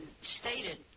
stated